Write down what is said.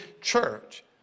church